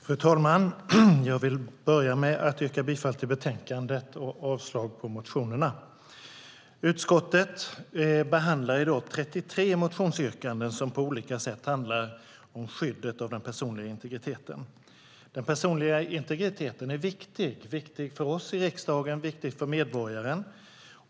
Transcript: Fru talman! Jag vill börja med att yrka bifall till förslaget i betänkandet och avslag på motionerna. Utskottet behandlar i dag 33 motionsyrkanden som på olika sätt handlar om skyddet av den personliga integriteten. Den personliga integriteten är viktig. Den är viktig för oss i riksdagen, och den är viktig för medborgaren.